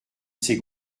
ces